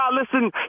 listen